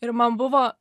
ir man buvo